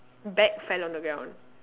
back fell on the ground